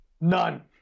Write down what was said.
None